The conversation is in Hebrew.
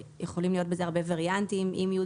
יכולים להיות בזה הרבה וריאנטים - עם י',